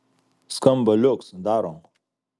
skamba liuks darom